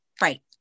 Right